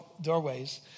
doorways